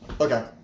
Okay